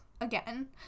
again